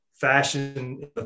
fashion